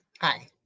Hi